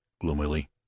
gloomily